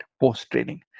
post-training